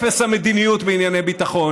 אפס מדיניות בענייני ביטחון.